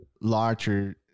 larger